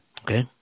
Okay